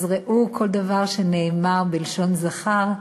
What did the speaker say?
אז ראו כל דבר שנאמר בלשון זכר,